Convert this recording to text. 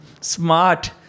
Smart